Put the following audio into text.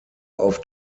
auf